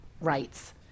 rights